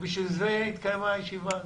בשביל זה התקיימה הישיבה הזאת.